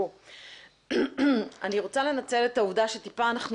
אני רוצה לנצל את העובדה שטיפה אנחנו